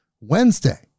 Wednesday